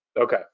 okay